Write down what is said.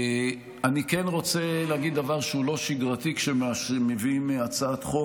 אני כן רוצה להגיד דבר שהוא לא שגרתי כשמביאים הצעת חוק.